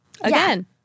again